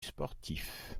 sportif